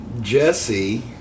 Jesse